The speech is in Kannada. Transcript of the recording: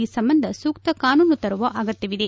ಈ ಸಂಬಂಧ ಸೂಕ್ತ ಕಾನೂನು ತರುವ ಅಗತ್ವವಿದೆ